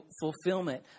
fulfillment